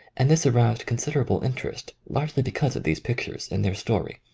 and this aroused considerable interest, largely because of these pictures and their story.